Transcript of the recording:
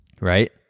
right